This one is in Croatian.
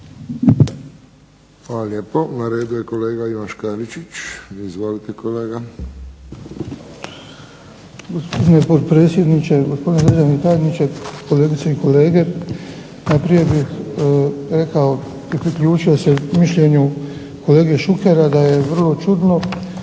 Hvala lijepo. Na redu je kolega Ivan Škaričić. Izvolite. **Škaričić, Ivan (HDZ)** Gospodine potpredsjedniče, gospodine državni tajniče, kolegice i kolege zastupnici. Najprije bih rekao i priključio se mišljenju kolege Šukera da je vrlo čudno